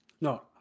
No